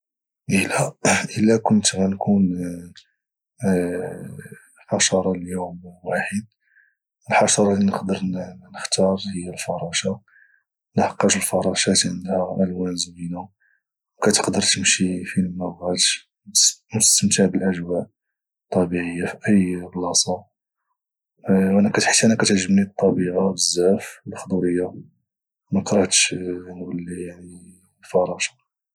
الى كنت غنكون حشرة ليوم واحد الحشرة اللي نقدر نختار هي الفراشة لحقاش الفراشات عندها الوان زوينة وكتقدر تمشي فينما بغات وتستمتع بالاجواء والطبيعة فاي بلاصة حيت انا كتعجبني الطبيعة بزاف والخضورية مكرهتش نولي فراشة